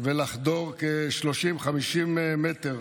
ולחדור כ-30, 50 מטר,